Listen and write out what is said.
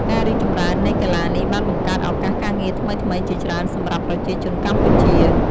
ការរីកចម្រើននៃកីឡានេះបានបង្កើតឱកាសការងារថ្មីៗជាច្រើនសម្រាប់ប្រជាជនកម្ពុជា។